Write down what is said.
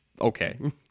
okay